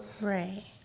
Right